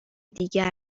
دیگر